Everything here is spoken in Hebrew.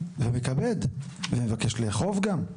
מכבד ומבקש לאכוף גם.